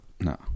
no